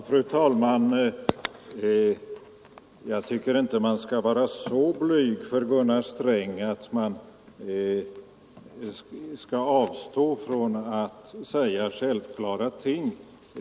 Fru talman! Jag tycker inte att man skall vara så blyg för Gunnar Sträng att man avstår från att säga självklara ting.